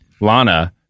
Lana